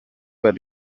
per